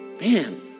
Man